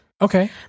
Okay